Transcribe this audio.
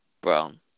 brown